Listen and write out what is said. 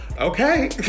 Okay